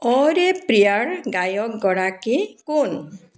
অ' ৰে প্ৰিয়াৰ গায়কগৰাকী কোন